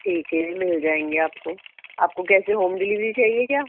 ٹھیک ہے مل جائیں گے آپ کو آپ کو کیسے ہوم ڈلیوری چاہیے کیا